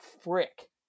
frick